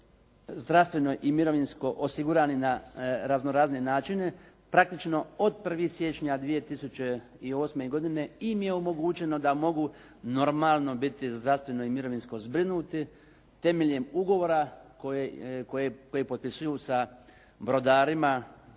zdravstveno i mirovinsko osigurani na razno razne načine, praktično od 1. siječnja 2008. godine im je omogućeno da mogu normalno biti zdravstveno i mirovinsko zbrinuti, temeljem ugovora koji potpisuju sa brodarima,